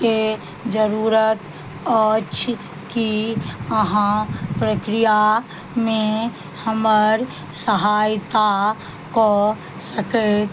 के जरूरत अछि कि अहाँ प्रक्रियामे हमर सहायता कऽ सकैत